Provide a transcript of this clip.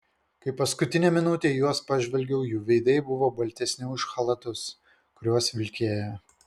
kai paskutinę minutę į juos pažvelgiau jų veidai buvo baltesni už chalatus kuriuos vilkėjo